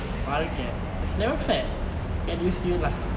வாழ்கை:vaalkai is never fair get used to it lah